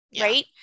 right